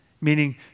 meaning